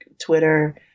Twitter